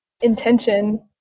intention